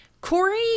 Corey